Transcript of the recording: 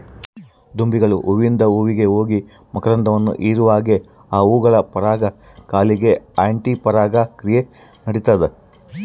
ದುಂಬಿಗಳು ಹೂವಿಂದ ಹೂವಿಗೆ ಹೋಗಿ ಮಕರಂದವನ್ನು ಹೀರುವಾಗೆ ಆ ಹೂಗಳ ಪರಾಗ ಕಾಲಿಗೆ ಅಂಟಿ ಪರಾಗ ಕ್ರಿಯೆ ನಡಿತದ